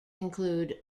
include